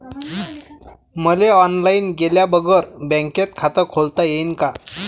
मले ऑनलाईन गेल्या बगर बँकेत खात खोलता येईन का?